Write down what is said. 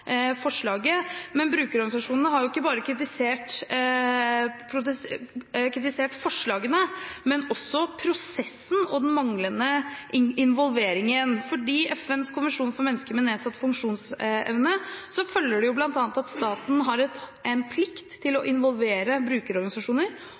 forslaget, men brukerorganisasjonene har ikke bare kritisert forslagene, men også prosessen og den manglende involveringen. Av FNs konvensjon for mennesker med nedsatt funksjonsevne følger bl.a. at staten har en plikt til å involvere brukerorganisasjoner